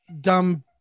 dumb